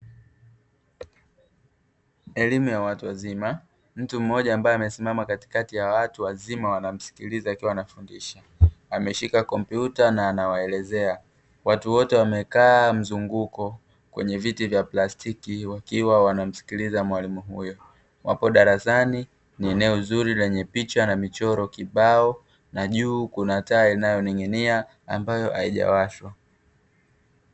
Elimu ya watu wazima, mtu mmoja ambae amesimama katikati ya watu wazima wanamsikiliza akiwa anafundisha, ameshika kompyuta na anawaelezea, watu wote wamekaa mzunguko kwenye viti vya plastiki wakiwa wanamsikiliza mwalimu huyo, wapo darasani ni eneo zuri lenye picha na michoro kibao na juu kuna taa inayoning'inia ambayo haijawashwa.